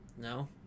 No